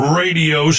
radio